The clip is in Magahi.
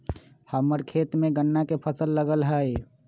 हम्मर खेत में गन्ना के फसल लगल हई